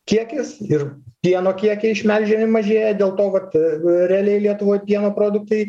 kiekis ir pieno kiekiai išmelžiami mažėja dėl to vat realiai lietuvoj pieno produktai